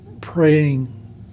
praying